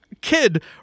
kid